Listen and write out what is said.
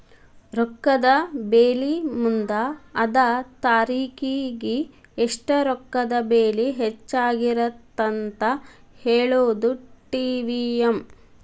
ರೊಕ್ಕದ ಬೆಲಿ ಮುಂದ ಅದ ತಾರಿಖಿಗಿ ಎಷ್ಟ ರೊಕ್ಕದ ಬೆಲಿ ಹೆಚ್ಚಾಗಿರತ್ತಂತ ಹೇಳುದಾ ಟಿ.ವಿ.ಎಂ